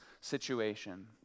situation